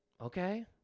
okay